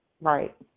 right